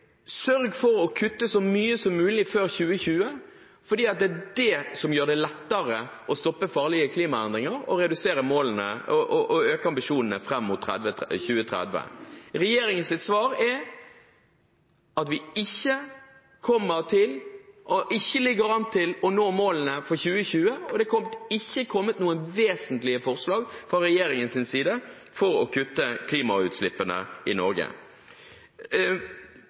sørge for å kutte så mye som mulig før 2020 fordi det er det som gjør det lettere å stoppe farlige klimaendringer og å øke ambisjonene fram mot 2030. Regjeringens svar er at vi ikke kommer til, og ikke ligger an til, å nå målene for 2020. Og det er ikke kommet noen vesentlige forslag fra regjeringens side for å kutte klimautslippene i Norge.